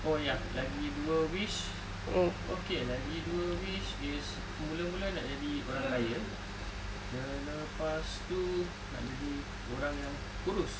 oh ya lagi dua wish okay lagi dua wish is mula-mula nak jadi orang kaya selepas tu nak jadi orang yang kurus